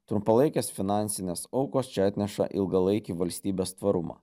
trumpalaikės finansinės aukos čia atneša ilgalaikį valstybės tvarumą